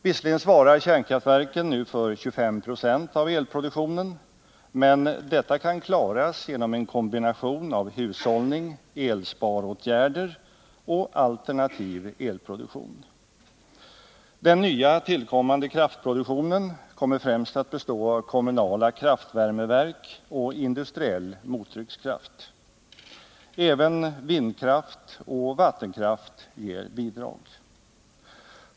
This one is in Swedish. Visserligen svarar kärnkraftverken nu för 25 90 av elproduktionen, men detta kan klaras genom en kombination av hushållning — elsparåtgärder — och alternativ elproduktion. Den nya tillkommande kraftproduktionen kommer främst att bestå av kommunala kraftvärmeverk och industriell mottryckskraft. Även vindkraft och vattenkraft ger bidrag.